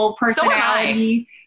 personality